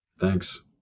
Thanks